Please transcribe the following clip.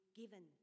given